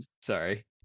sorry